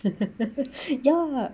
ya